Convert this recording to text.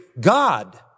God